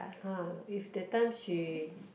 [huh] if that time she